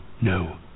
no